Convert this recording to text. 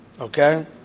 okay